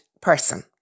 person